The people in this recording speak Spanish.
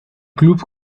club